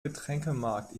getränkemarkt